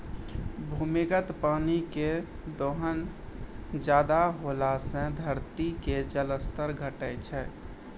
भूमिगत पानी के दोहन ज्यादा होला से धरती के जल स्तर घटै छै